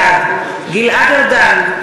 בעד גלעד ארדן,